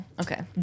okay